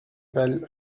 bell